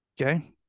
Okay